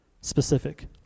Specific